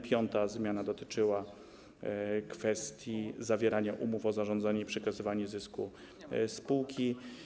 Piąta zmiana dotyczyła kwestii zawierania umów o zarządzanie i przekazywanie zysku spółki.